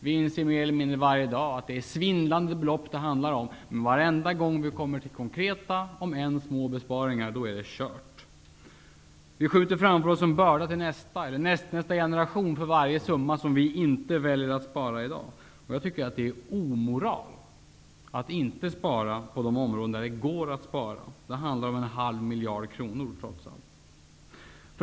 Vi inser mer eller mindre varje dag att det handlar om svindlande belopp, men varenda gång vi kommer till konkreta om än små besparingar är det kört. Vi skjuter framför oss en börda till nästa eller nästnästa generation för varje summa som vi inte väljer att spara i dag. Jag tycker att det är omoral att inte spara på de områden där det går att spara. Det handlar om en halv miljard kronor trots allt.